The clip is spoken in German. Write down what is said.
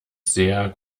sehr